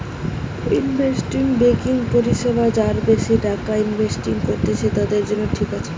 investment banking পরিষেবা যারা বেশি টাকা ইনভেস্ট করত্তিছে, তাদের জন্য ঠিক আছে